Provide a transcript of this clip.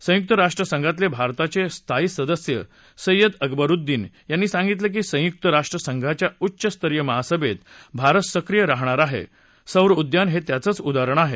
संयुक राष्ट्र संघातले भारताचे स्थायी सदस्य सय्यद अकबरुद्दीन यांनी सांगितलं की संयुक्त राष्ट्र संघाच्या उच्च स्तरीय महासभेत भारत सक्रिय राहणार आहे सौर उद्यान हे त्याचंच उदाहरण आहे